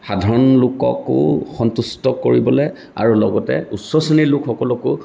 সাধাৰণ লোককো সন্তুষ্ট কৰিবলৈ আৰু লগতে উচ্চ শ্ৰেণীৰ লোকসকলকো